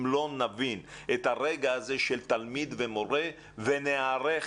לא נבין את הרגע של תלמיד ומורה וניערך